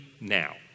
now